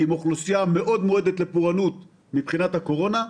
כולל אוכלוסייה מאוד מועדת לפורענות מבחינת הקורונה.